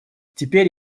теперь